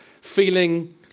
feeling